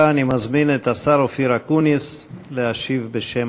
אני מזמין את השר אופיר אקוניס להשיב בשם